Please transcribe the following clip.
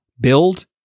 build